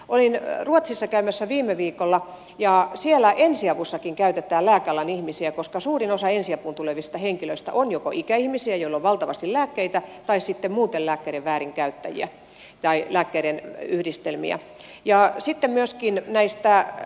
olin ruotsissa käymässä viime viikolla ja siellä ensiavussakin käytetään lääkealan ihmisiä koska suurin osa ensiapuun tulevista henkilöistä on joko ikäihmisiä joilla on valtavasti lääkkeitä tai sitten muuten lääkkeitä tai lääkkeiden yhdistelmiä väärin käyttäviä